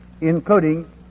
including